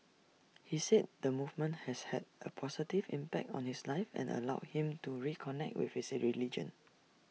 he said the movement has had A positive impact on his life and allowed him to reconnect with his religion